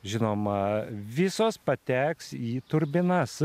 žinoma visos pateks į turbinas